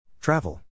Travel